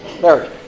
Larry